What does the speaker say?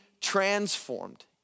transformed